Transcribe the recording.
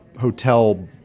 hotel